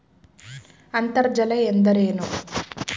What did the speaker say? ಅಂತರ್ಜಲ ಎಂದರೇನು?